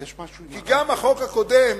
כי גם החוק הקודם